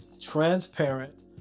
transparent